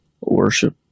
Worship